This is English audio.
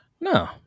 no